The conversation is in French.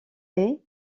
est